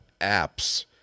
apps